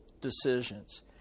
decisions